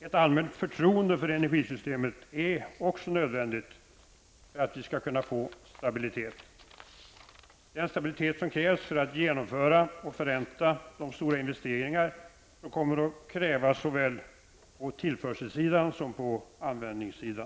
Ett allmänt förtroende för energisystemet är också nödvändigt för att vi skall få den stabilitet som krävs för att genomföra och förränta de stora investeringar som kommer att krävas såväl på tillförselsidan som på användningssidan.